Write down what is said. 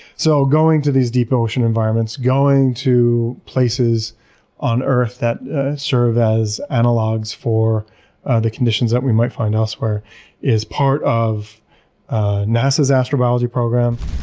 so, going to these deep ocean environments, going to places on earth that serve as analogs for the conditions that we might find elsewhere is part of nasa's astrobiology program.